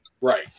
Right